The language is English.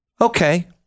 Okay